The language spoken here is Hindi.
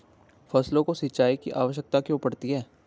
फसलों को सिंचाई की आवश्यकता क्यों पड़ती है?